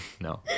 No